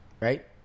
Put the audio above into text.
Right